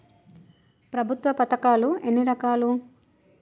ప్రభుత్వ పథకాలు ఎన్ని రకాలు?